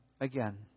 again